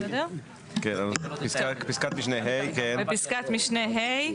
בפסקת משנה (ה),